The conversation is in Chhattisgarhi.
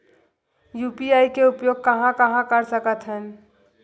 यू.पी.आई के उपयोग कहां कहा कर सकत हन?